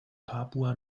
papua